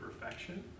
perfection